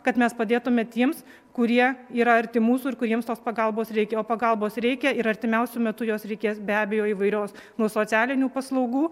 kad mes padėtume tiems kurie yra arti mūsų ir kuriems tos pagalbos reikia o pagalbos reikia ir artimiausiu metu jos reikės be abejo įvairios nuo socialinių paslaugų